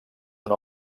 una